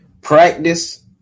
Practice